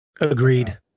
Agreed